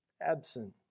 absent